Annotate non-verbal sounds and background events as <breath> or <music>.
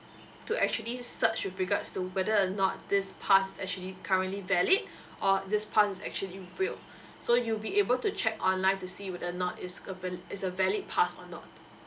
to actually search with regards to whether or not this pass is actually currently valid <breath> or this pass is actually real <breath> so you'll be able to check online to see whether or not it's a val~ it's a valid pass or not